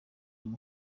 bwo